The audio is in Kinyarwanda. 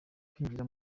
kwinjira